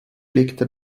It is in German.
legte